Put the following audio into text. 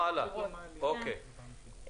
אוקיי.